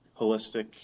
holistic